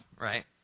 right